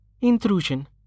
Intrusion